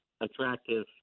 attractive